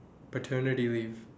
paternity leave